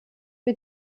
wir